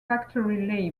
factory